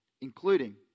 including